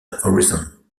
horizon